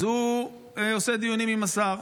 אז הוא עושה דיונים עם השר,